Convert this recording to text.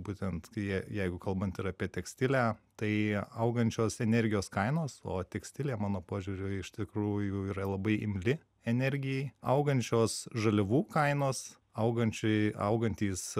būtent jie jeigu kalbant ir apie tekstilę tai augančios energijos kainos o tekstilė mano požiūriu iš tikrųjų yra labai imli energijai augančios žaliavų kainos augančiai augantys